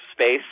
space